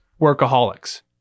workaholics